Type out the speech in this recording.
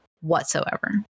whatsoever